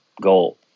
goal